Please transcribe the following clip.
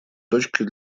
точкой